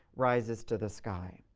rises to the sky.